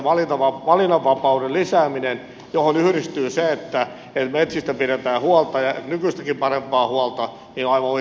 tämmöisen valinnanvapauden lisääminen johon yhdistyy se että metsistä pidetään nykyistäkin parempaa huolta on aivan oikea linjaus